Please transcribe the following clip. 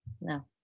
No